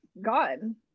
gone